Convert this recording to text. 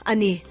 Ani